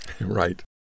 Right